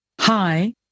Hi